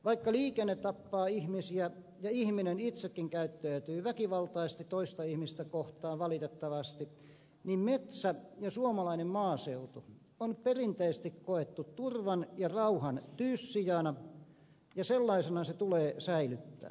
vaikka liikenne tappaa ihmisiä ja ihminen itsekin käyttäytyy väkivaltaisesti toista ihmistä kohtaan valitettavasti niin metsä ja suomalainen maaseutu on perinteisesti koettu turvan ja rauhan tyyssijana ja sellaisena se tulee säilyttää